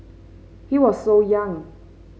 he was so young